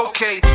Okay